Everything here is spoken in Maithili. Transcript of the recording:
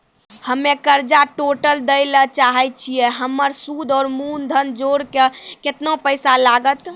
हम्मे कर्जा टोटल दे ला चाहे छी हमर सुद और मूलधन जोर के केतना पैसा लागत?